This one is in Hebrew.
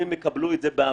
אם הם יקבלו את זה בהבנה,